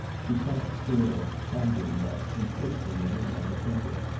she sat still, pondering that, and twisting a ring on her finger.